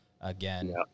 again